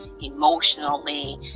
emotionally